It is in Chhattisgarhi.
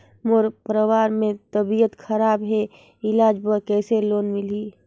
मोर परवार मे तबियत खराब हे इलाज बर कइसे लोन मिलही?